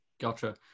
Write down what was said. Gotcha